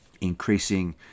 increasing